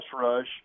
rush